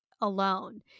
alone